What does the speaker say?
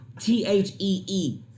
t-h-e-e